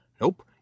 Nope